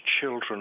children